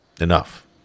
enough